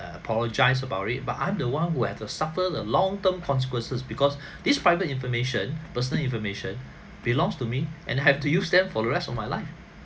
apologise about it but I'm the one who have to suffer the long term consequences because these private information personal information belongs to me and have to use them for the rest of my life